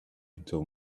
until